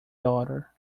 daughter